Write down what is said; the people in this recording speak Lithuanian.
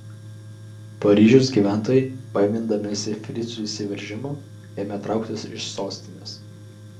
paryžiaus gyventojai baimindamiesi fricų įsiveržimo ėmė trauktis iš sostinės